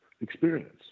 experience